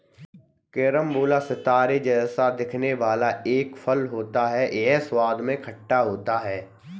carambola सितारे जैसा दिखने वाला एक फल होता है यह स्वाद में खट्टा होता है